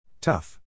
Tough